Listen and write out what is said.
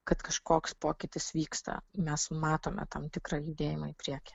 kad kažkoks pokytis vyksta mes matome tam tikrą judėjimą į priekį